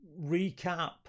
recap